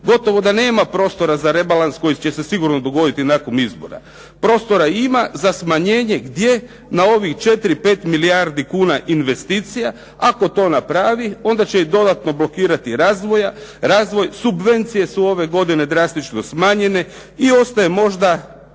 gotovo da nema prostora za rebalans koji će se sigurno dogoditi nakon izbora, prostora ima za smanjenje, gdje? Na ovih 4, 5 milijardi kuna investicija, ako to napravi onda će ih dodatno blokirati razvoj, subvencije su ove godine drastično smanjenje i ostaje možda